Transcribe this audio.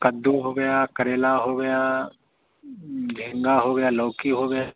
कद्दू हो गया करेला हो गया झींगा हो गया लौकी हो गई